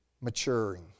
maturing